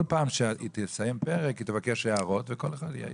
כל פעם שהיא תסיים פרק היא תבקש הערות וכל אחד יעיר.